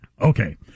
Okay